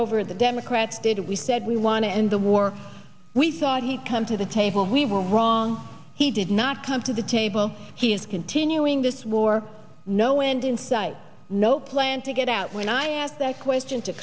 over the democrats did we said we want to end the war we thought he'd come to the we were wrong he did not come to the table he is continuing this war no end in sight no plan to get out when i asked that question to